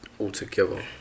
altogether